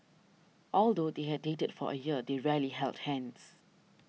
although they had dated for a year they rarely held hands